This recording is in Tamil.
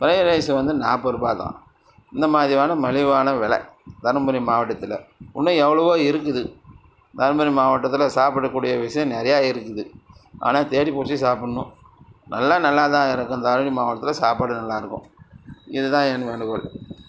ஃபிரைட் ரைஸ் வந்து நாற்பது ரூபாய்தான் இந்தமாதிரியான மலிவான வெலை தர்மபுரி மாவட்டத்தில் இன்னும் எவ்வளவோ இருக்குது தர்மபுரி மாவட்டத்தில் சாப்பிடக்கூடிய விஷயம் நிறையா இருக்குது ஆனால் தேடிப்பிடிச்சி சாப்பிட்ணும் எல்லாம் நல்லா தான் இருக்கும் தர்மபுரி மாவட்டத்தில் சாப்பாடு நல்லா இருக்கும் இதுதான் என் வேண்டுகோள்